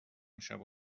شبو